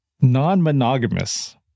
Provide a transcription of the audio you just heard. non-monogamous